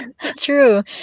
true